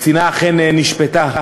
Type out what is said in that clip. הקצינה אכן נשפטה,